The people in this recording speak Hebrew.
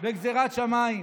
בגזרת שמיים,